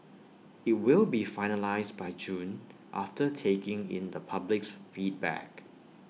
IT will be finalised by June after taking in the public's feedback